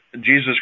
Jesus